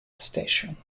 station